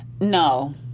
No